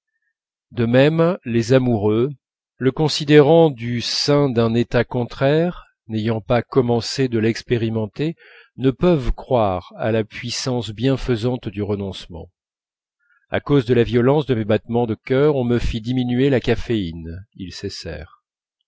de même les amoureux le considérant du sein d'un état contraire n'ayant pas commencé de l'expérimenter ne peuvent croire à la puissance bienfaisante du renoncement à cause de la violence de mes battements de cœur on me fit diminuer la caféine ils